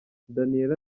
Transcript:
daniella